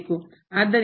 ಆದ್ದರಿಂದ ಇಲ್ಲಿ